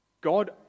God